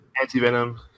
Anti-Venom